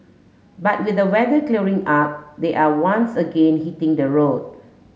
but with the weather clearing up they are once again hitting the road